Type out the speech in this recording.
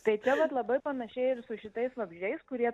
tai čia vat labai panašiai ir su šitais vabzdžiais kurie